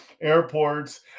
airports